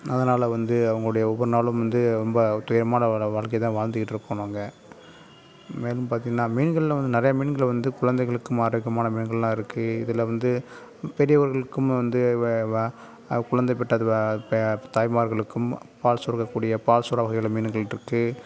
அதனால் வந்து அவர்களுடைய ஒவ்வொரு நாளும் வந்து ரொம்ப துயரமான ஒரு வாழ்க்கையை தான் வாழ்ந்துகிட்டு இருக்கோம் நாங்கள் மேலும் பார்த்தீங்கன்னா மீன்களில் வந்து நிறையா மீன்கள் வந்து குழந்தைகளுக்கும் ஆரோக்கியமான மீன்களெலாம் இருக்குது இதில் வந்து பெரியவர்களுக்கும் வந்து வ வா குழந்தை பெற்ற தாய்மார்களுக்கும் பால்சுரக்க கூடிய பால் சுறா வகைகள் மீன்கள் இருக்குது